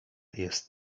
jest